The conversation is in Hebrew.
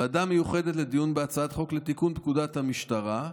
הוועדה המיוחדת לדיון בהצעת חוק לתיקון פקודת המשטרה,